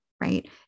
right